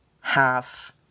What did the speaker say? half